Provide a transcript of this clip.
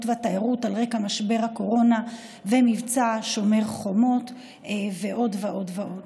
והתיירות על רקע משבר הקורונה ומבצע שומר חומות ועוד ועוד.